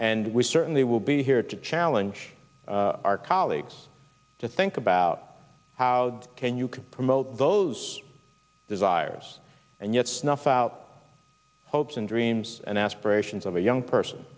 and we certainly will be here to challenge our colleagues to think about how can you can promote those desires and yet snuff out hopes and dreams and aspirations of a young person